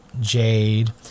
Jade